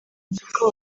mupaka